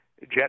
jet